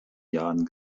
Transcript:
jahren